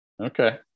Okay